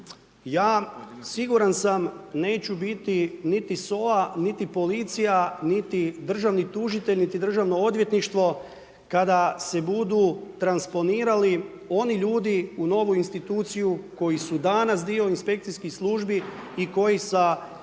Ja siguran sam neću biti niti SOA, niti policija, niti državni tužitelj, niti državno odvjetništvo kada se budu transponirali oni ljudi u novu instituciju koji su danas dio inspekcijskih službi i koji sa